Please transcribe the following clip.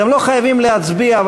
אתם לא חייבים להצביע,